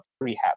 rehab